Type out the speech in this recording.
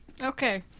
Okay